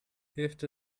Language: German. hilft